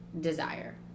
desire